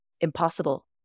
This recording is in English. impossible